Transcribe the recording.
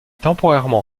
temporairement